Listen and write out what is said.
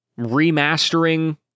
remastering